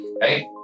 Hey